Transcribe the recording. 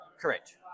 Correct